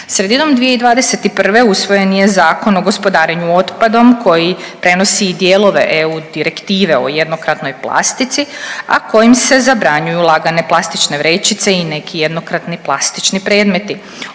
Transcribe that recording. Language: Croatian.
Sredinom 2021. usvojen je Zakon o gospodarenju otpadom koji prenosi i dijelove EU direktive o jednokratnoj plastici, a kojim se zabranjuju lagane plastične vrećice i neki jednokratni plastični predmeti.